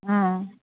ꯑꯥ